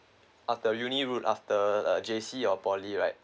ah the uni route after uh J_C or poly right